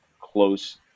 close